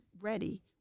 ready